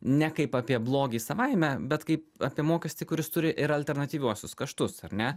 ne kaip apie blogį savaime bet kaip apie mokestį kuris turi ir alternatyviuosius kaštus ar ne